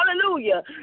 hallelujah